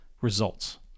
results